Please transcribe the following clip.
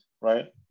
right